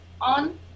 on